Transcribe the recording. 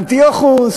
אנטיוכוס,